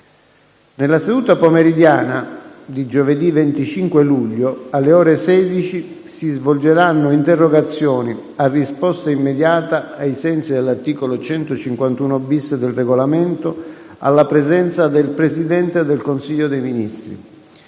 Nella seduta pomeridiana di giovedì 25 luglio, alle ore 16, si svolgeranno interrogazioni a risposta immediata, ai sensi dell'articolo 151-*bis* del Regolamento, alla presenza del Presidente del Consiglio dei ministri.